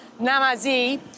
Namazi